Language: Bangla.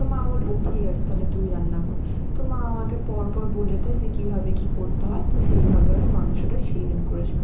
তো মা বললো ঠিক আছে তালে তুই রান্না কর তো মা আমাকে পরপর বলে দেয় যে কীভাবে কী করতে হয় তো সেইভাবে আমি মাংসটা সেই দিন করেছিলাম